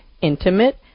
intimate